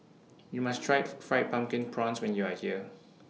YOU must Try Fried Pumpkin Prawns when YOU Are here